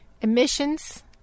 emissions